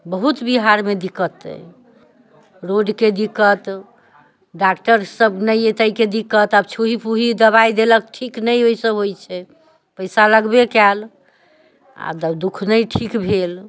बहुत बिहारमे दिक्कत अहि रोडके दिक्कत डॉक्टर सभ नहि अहि तहिके दिक्कत आब छूइ पूइ दवाइ देलक ठीक नहि ओहिसँ होइ छै पैसा लगबै कयल आओर दुःख नहि ठीक भेल